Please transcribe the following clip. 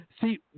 See